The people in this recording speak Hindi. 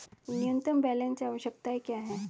न्यूनतम बैलेंस आवश्यकताएं क्या हैं?